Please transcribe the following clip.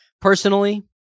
personally